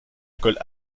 récolte